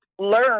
Learn